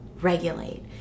regulate